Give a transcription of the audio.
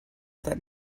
that